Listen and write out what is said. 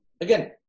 again